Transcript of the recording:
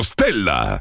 Stella